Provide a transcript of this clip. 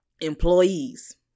employees